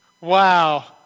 Wow